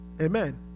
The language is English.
Amen